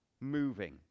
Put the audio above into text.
moving